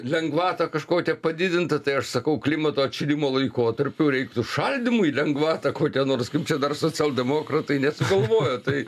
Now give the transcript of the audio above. lengvatą kažkokią padidintą tai aš sakau klimato atšilimo laikotarpiu reiktų šaldymui lengvatą kokią nors nu čia dar socialdemokratai nesugalvojo tai